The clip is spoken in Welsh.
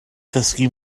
ddysgu